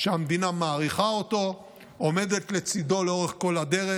שהמדינה מעריכה אותו, עומדת לצידו לאורך כל הדרך.